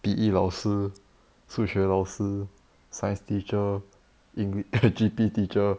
P_E 老师数学老师 science teacher engli~ G_P teacher